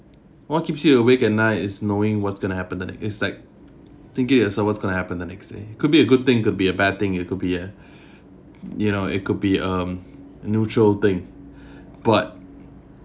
what keeps you awake at night is knowing what's going to happen the next~ it's like thinking yourself what's going to happen the next day could be a good thing could be a bad thing it could be a you know it could be um neutral thing but